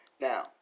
Now